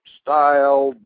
style